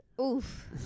oof